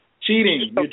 Cheating